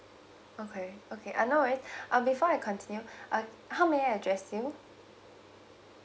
okay okay I know it uh before I continue uh how may I address you